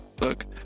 look